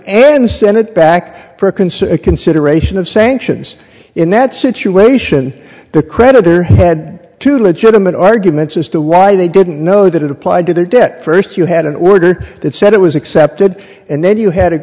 then send it back for a concert consideration of sanctions in that situation the creditor had to legitimate arguments as to why they didn't know that it applied to their debt first you had an order that said it was accepted and then you had